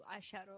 eyeshadow